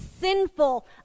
sinful